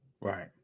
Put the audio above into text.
right